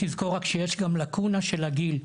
תזכור שיש גם לאקונה של הגיל,